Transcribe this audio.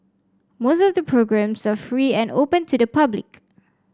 most of the programmes are free and open to the public